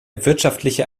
wirtschaftliche